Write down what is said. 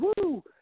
Woo